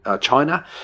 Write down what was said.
China